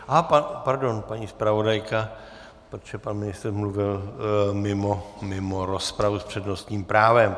Aha, pardon, paní zpravodajka, protože pan ministr mluvil mimo rozpravu s přednostním právem.